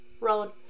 road